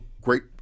great